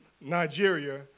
Nigeria